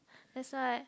that's why